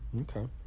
Okay